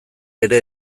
ere